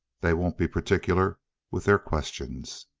they won't be particular with their questions.